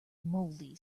mouldy